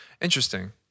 Interesting